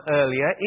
earlier